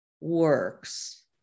works